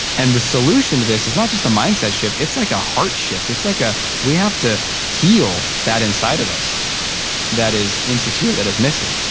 and the solution to this is not just a mindset shift it's like a heart shift. it's like ah we have to heal that inside of us that is insecure, that is missing.